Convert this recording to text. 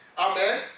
Amen